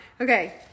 Okay